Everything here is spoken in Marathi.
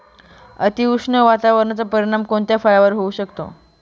अतिउष्ण वातावरणाचा परिणाम कोणत्या फळावर होऊ शकतो?